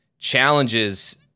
challenges